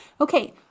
Okay